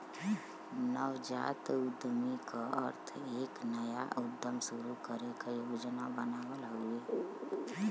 नवजात उद्यमी क अर्थ एक नया उद्यम शुरू करे क योजना बनावल हउवे